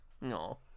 No